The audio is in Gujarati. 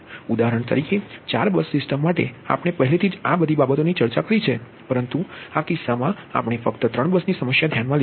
ઉદાહરણ તરીકે ચાર બસ સિસ્ટમ માટે આપણે પહેલેથી જ આ બધી બાબતોની ચર્ચા કરી છે પરંતુ આ કિસ્સામાં આપણે ફક્ત ત્રણ બસની સમસ્યા ધ્યાનમાં લીધી છે